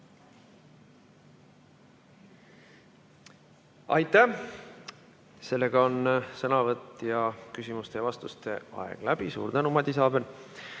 Aitäh! Sellega on sõnavõtt ja küsimuste-vastuste aeg läbi. Suur tänu, Madis Aben!